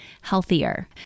healthier